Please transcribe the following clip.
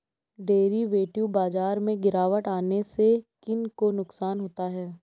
Derivative बाजार में गिरावट आने से किन को नुकसान होता है?